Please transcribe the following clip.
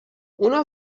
اونها